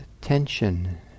tension